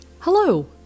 Hello